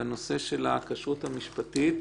בנושא של הכשרות המשפטית.